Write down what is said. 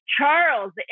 Charles